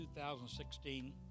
2016